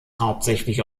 hauptsächlich